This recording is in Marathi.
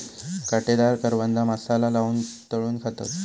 काटेदार करवंदा मसाला लाऊन तळून खातत